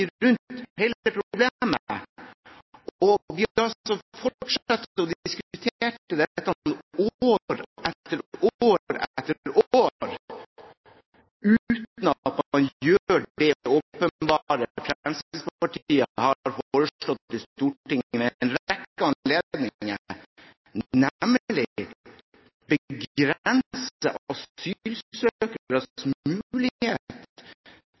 rundt hele problemet. Vi har fortsatt med å diskutere dette år etter år etter år, uten at man gjør det åpenbare som Fremskrittspartiet har foreslått i Stortinget ved en rekke